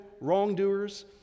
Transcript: wrongdoers